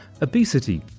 Obesity